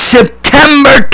September